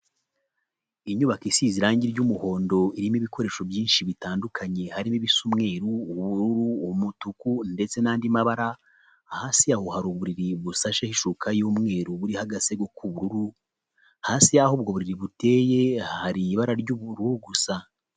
Inyubako isize irangi ry'umuhondo, irimo ibikoresho byinshi bitandukanye, harimo ibisa umweru, ubururu, umutuku ndetse n'andi mabara, hasi yaho hari uburiri busasheho ishuka y'umweru buriho agasego k'ubururu, hasi y'aho ubwo buriri buteye, hari ibara ry'ubururu gusa.